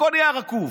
הכול נהיה רקוב.